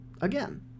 again